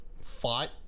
Fought